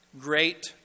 Great